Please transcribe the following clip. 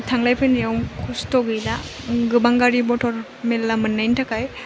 थांलाय फैलायाव खस्थ' गैला गोबां गारि मटर मेरला मोननायनि थाखाय